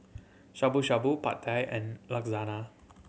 Shabu Shabu Pad Thai and Lasagna